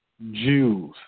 Jews